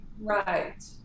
Right